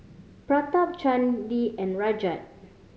Pratap Chandi and Rajat